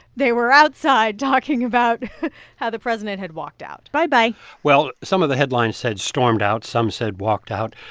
they were outside talking about how the president had walked out bye-bye well, some of the headlines said stormed out. some said walked out.